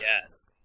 Yes